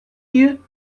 you